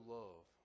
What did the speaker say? love